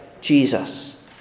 Jesus